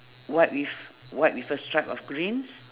white with white with a stripe of green